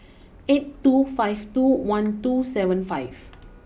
eight two five two one two seven five